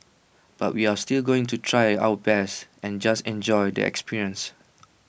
but we're still going to try our best and just enjoy the experience